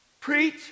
preach